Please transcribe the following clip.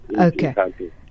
Okay